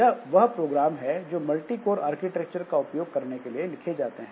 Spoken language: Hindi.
यह वह प्रोग्राम है जो मल्टीकोर आर्किटेक्चर का उपयोग करने के लिए लिखे जाते हैं